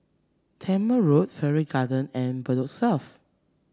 Tangmere Road Farrer Garden and Bedok South